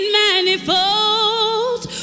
manifold